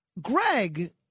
Greg